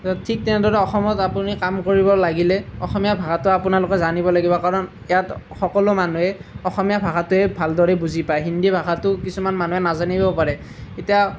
ঠিক তেনেদৰে অসমত আপুনি কাম কৰিব লাগিলে অসমীয়া ভাষাটো আপোনালোকে জানিব লাগিব কাৰণ ইয়াত সকলো মানুহেই অসমীয়া ভাষাটোৱেই ভালদৰে বুজি পায় হিন্দী ভাষাটো কিছুমান মানুহে নাজানিব পাৰে এতিয়া